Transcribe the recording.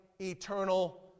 eternal